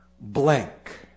blank